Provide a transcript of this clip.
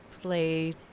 play